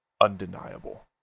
Undeniable